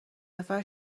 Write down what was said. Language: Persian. نفر